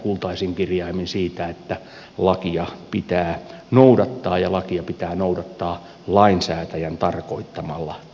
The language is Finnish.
kultaisin kirjaimin siitä että lakia pitää noudattaa ja lakia pitää noudattaa lainsäätäjän tarkoittamalla tavalla